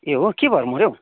ए हो के भएर मर्यो